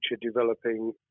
developing